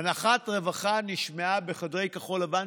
אנחת רווחה נשמעה בחדרי כחול לבן,